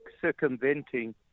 circumventing